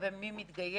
לגבי מי מתגייס,